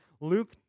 Luke